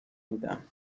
میدم